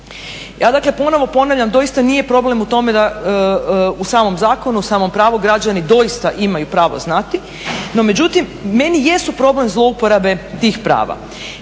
Ja dakle ponovno ponavljam doista nije problem u tome u samom zakonu u samom pravu, građani doista imaju pravo znati, no međutim meni jesu problem zlouporabe tih prava.